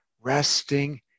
Resting